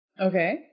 Okay